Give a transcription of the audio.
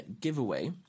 giveaway